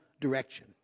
direction